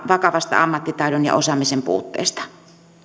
vakavasta ammattitaidon ja osaamisen puutteesta